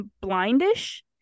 blindish